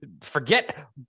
forget